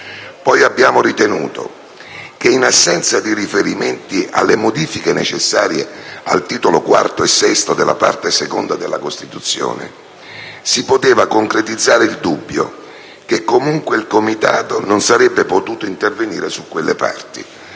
Poi abbiamo ritenuto che, in assenza di riferimenti alle modifiche necessarie al Titolo IV e VI della Parte II della Costituzione, si poteva concretizzare il dubbio che comunque il Comitato non sarebbe potuto intervenire su quelle parti,